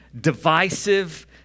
divisive